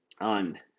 on